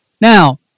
Now